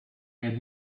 and